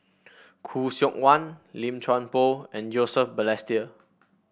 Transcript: Khoo Seok Wan Lim Chuan Poh and Joseph Balestier